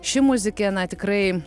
ši muzikė na tikrai